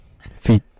Feet